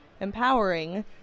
empowering